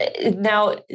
now